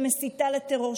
שמסיתה לטרור,